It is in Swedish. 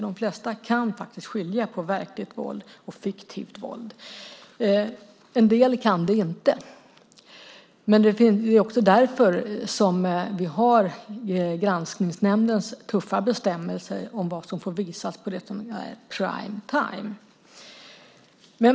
De flesta kan faktiskt skilja på verkligt och fiktivt våld. En del kan inte det. Det är också därför som vi har Granskningsnämndens tuffa bestämmelser om vad som får visas på prime time .